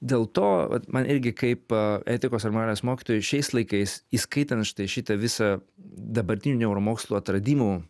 dėl to vat man irgi kaip etikos ar moralės mokytojui šiais laikais įskaitant štai šitą visą dabartinių neuromokslo atradimų